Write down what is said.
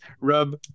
rub